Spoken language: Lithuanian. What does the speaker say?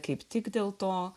kaip tik dėl to